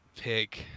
pick